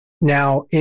Now